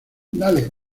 dale